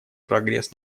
прогресс